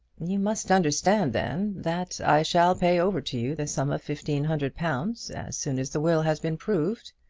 you must understand, then, that i shall pay over to you the sum of fifteen hundred pounds as soon as the will has been proved.